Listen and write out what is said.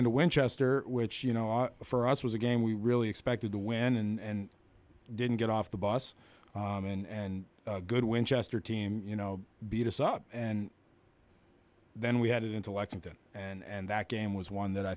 into winchester which you know for us was a game we really expected to win and didn't get off the bus and good winchester team you know beat us up and then we had it into lexington and that game was one that i